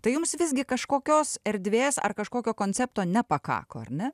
tai jums visgi kažkokios erdvės ar kažkokio koncepto nepakako ar ne